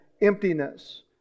emptiness